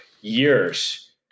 years